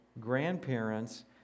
grandparents